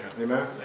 Amen